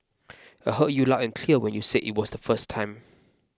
I heard you loud and clear when you said it the first time